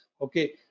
Okay